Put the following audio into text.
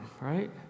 right